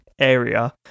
area